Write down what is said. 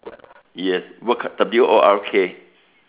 yes work W O R K